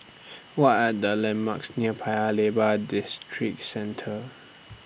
What Are The landmarks near Paya Lebar Districentre